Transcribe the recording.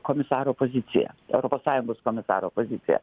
komisaro poziciją europos sąjungos komisaro poziciją